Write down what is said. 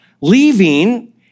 leaving